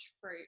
fruit